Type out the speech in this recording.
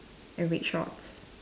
and red shorts